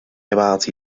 about